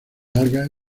algas